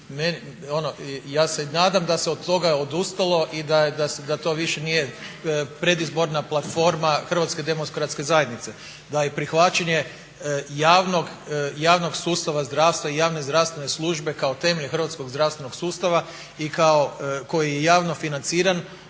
Ja se nadam da se od toga odustalo i da to više nije predizborna platforma HDZ-a, da je prihvaćanje javnog sustava zdravstva i javne zdravstvene službe kao temelje hrvatskog zdravstvenog sustava i koji je javno financiran